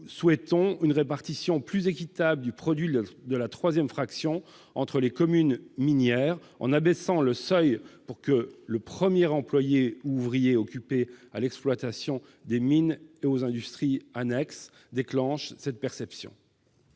souhaitons une répartition plus équitable du produit de la troisième fraction entre les communes minières et proposons d'abaisser le seuil pour que le premier employé ou ouvrier occupé à l'exploitation des mines et aux industries annexes déclenche cette perception.